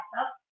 up